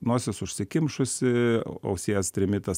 nosis užsikimšusi ausies trimitas